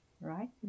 right